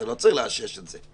אתה לא צריך לאשש את זה.